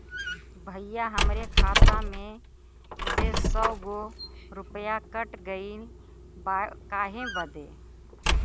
भईया हमरे खाता में से सौ गो रूपया कट गईल बा काहे बदे?